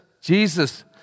Jesus